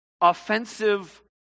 offensive